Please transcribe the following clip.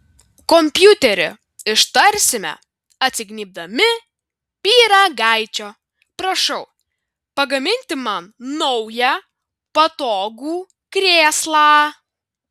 kompiuteri ištarsime atsignybdami pyragaičio prašau pagaminti man naują patogų krėslą